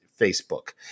Facebook